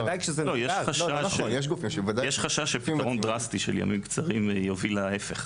יש חשש שפתרון דרסטי יוביל להפך,